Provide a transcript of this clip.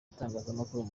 itangazamakuru